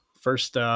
first